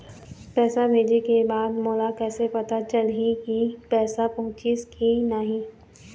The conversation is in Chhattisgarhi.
पैसा भेजे के बाद मोला कैसे पता चलही की पैसा पहुंचिस कि नहीं?